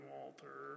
Walter